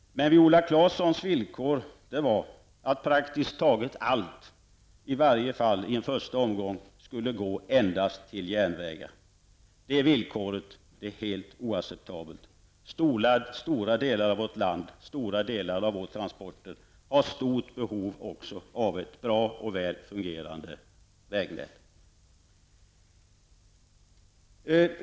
Men Viola Claessons villkor var att praktiskt taget allt, i varje fall i en första omgång, skulle gå endast till järnvägar. Det villkoret är helt oacceptabelt. Stora delar av vårt land har stort behov av bra och väl fungerande vägnät för transporter.